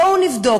בואו נבדוק.